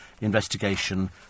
Investigation